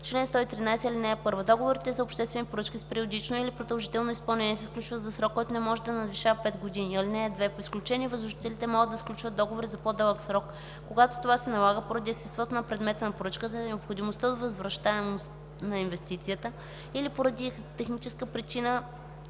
Чл. 113. (1) Договорите за обществени поръчки с периодично или продължително изпълнение се сключват за срок, който не може да надвишава 5 години. (2) По изключение възложителите могат да сключват договори за по-дълъг срок, когато това се налага поради естеството на предмета на поръчката, необходимостта от възвръщаемост на инвестицията или поради техническа причина,